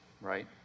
right